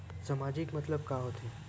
सामाजिक मतलब का होथे?